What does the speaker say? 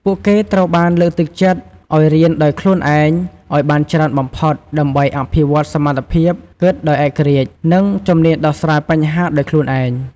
ពួកគេត្រូវបានលើកទឹកចិត្តឲ្យរៀនដោយខ្លួនឯងឲ្យបានច្រើនបំផុត ដើម្បីអភិវឌ្ឍសមត្ថភាពគិតដោយឯករាជ្យ និងជំនាញដោះស្រាយបញ្ហាដោយខ្លួនឯង។